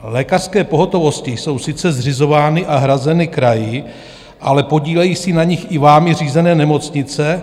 Lékařské pohotovosti jsou sice zřizovány a hrazeny kraji, ale podílejí se na nich i vámi řízené nemocnice.